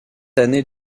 années